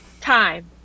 time